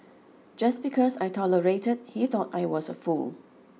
just because I tolerated he thought I was a fool